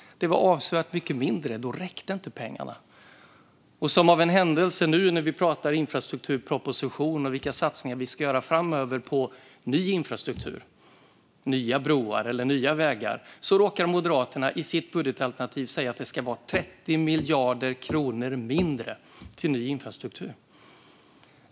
Det var avsevärt mycket mindre då. Då räckte inte pengarna. Som av en händelse nu, när vi pratar infrastrukturproposition och vilka satsningar vi ska göra framöver på ny infrastruktur, nya broar eller nya vägar, råkar Moderaterna i sitt budgetalternativ säga att det ska vara 30 miljarder kronor mindre till ny infrastruktur.